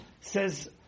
says